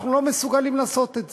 אנחנו לא מסוגלים לעשות את זה.